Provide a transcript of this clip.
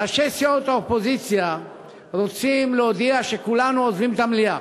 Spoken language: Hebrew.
ראשי סיעות האופוזיציה רוצים להודיע שכולנו עוזבים את המליאה,